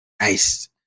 Nice